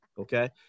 Okay